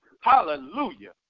Hallelujah